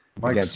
Mike